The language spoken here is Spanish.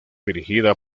dirigida